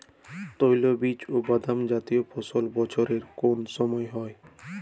তৈলবীজ ও বাদামজাতীয় ফসল বছরের কোন সময় হয়?